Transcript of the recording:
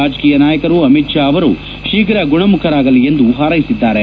ರಾಜಕೀಯ ನಾಯಕರು ಅಮಿತ್ ಶಾ ಅವರು ಶೀಘ ಗುಣಮುಖರಾಗಲಿ ಎಂದು ಹಾರ್ಸೆಸಿದ್ದಾರೆ